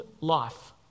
life